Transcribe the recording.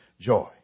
joy